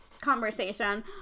conversation